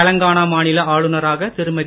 தெலுங்கானா மாநில ஆளுநராக திருமதி